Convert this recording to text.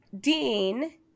Dean